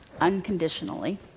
unconditionally